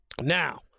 now